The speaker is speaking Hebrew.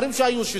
השרים שהיו,